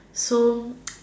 so